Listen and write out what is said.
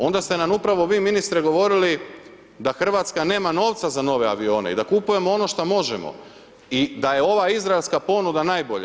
Onda ste nam upravo vi ministre govorili da Hrvatska nema novca za nove avione i da kupujemo ono što možemo i da je ova izraelska ponuda najbolja.